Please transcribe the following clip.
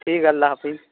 ٹھیک ہے اللہ حافظ